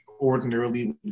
ordinarily